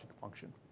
function